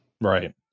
right